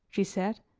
she said,